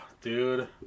Dude